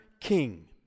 king